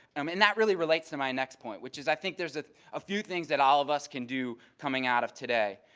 um and that really relates to my next point which is i think there's a few things that all of us can do coming out of today.